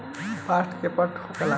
Fast credit का होखेला?